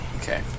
Okay